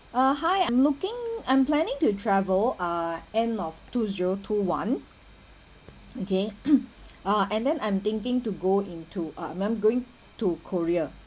uh hi I'm looking I'm planning to travel uh end of two zero two one okay ah and then I'm thinking to go into uh I'm going to korea